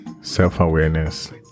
self-awareness